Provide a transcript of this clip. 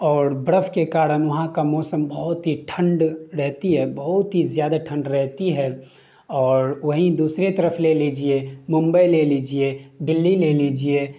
اور برف کے کارن وہاں کا موسم بہت ہی ٹھنڈ رہتی ہے بہت ہی زیادہ ٹھنڈ رہتی ہے اور وہیں دوسرے طرف لے لیجیے ممبئی لے لیجیے دہلی لے لیجیے